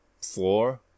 four